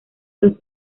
los